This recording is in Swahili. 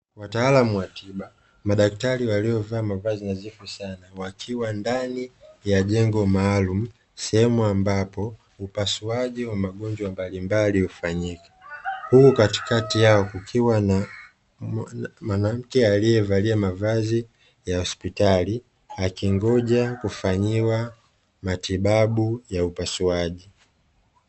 Wataalamu wa tiba madaktari waliovaa mavazi nadhifu sana wakiwa ndani ya jengo maalumu sehemu ambapo upasuaji wa magonjwa mbalimbali hufanyika, huku katikati yao kukiwa na mwanamke aliyevalia mavazi ya hospitali akingoja kufanyiwa matibabu ya upasuaji.